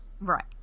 right